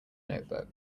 notebook